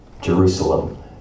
Jerusalem